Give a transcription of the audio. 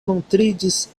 montriĝis